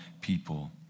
people